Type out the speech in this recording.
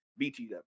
BTW